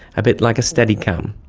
a bit like a steady-cam.